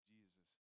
Jesus